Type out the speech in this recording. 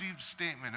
statement